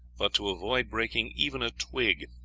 but to avoid breaking even a twig.